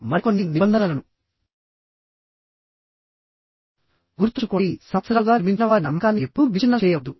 మరికొన్ని నిబంధనలను గుర్తుంచుకోండి సంవత్సరాలుగా నిర్మించిన వారి నమ్మకాన్ని ఎప్పుడూ విచ్ఛిన్నం చేయవద్దు